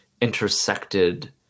intersected